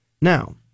Now